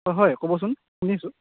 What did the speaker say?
অঁ হয় ক'বচোন শুনিছোঁ